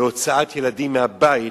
להוצאת ילדים מהבית,